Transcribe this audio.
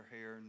hair